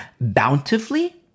bountifully